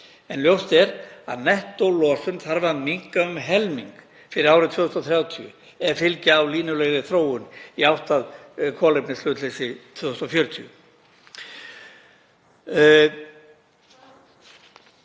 en ljóst er að nettólosun þarf að minnka um helming fyrir árið 2030 ef fylgja á línulegri þróun í átt að kolefnishlutleysi 2040.